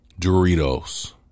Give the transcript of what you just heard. Doritos